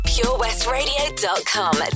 PureWestRadio.com